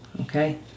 okay